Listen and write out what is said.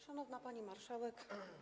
Szanowna Pani Marszałek!